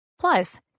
Plus